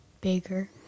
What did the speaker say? Bigger